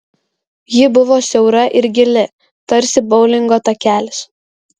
ji buvo siaura ir gili tarsi boulingo takelis